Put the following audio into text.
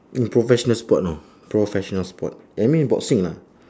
mm professional sport know professional sport eh mean boxing lah